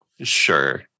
Sure